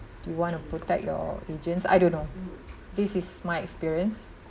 do you want to protect your agents I don't know this is my experience